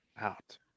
out